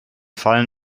fallen